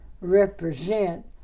represent